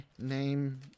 name